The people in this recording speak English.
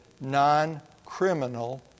non-criminal